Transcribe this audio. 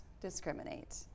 discriminate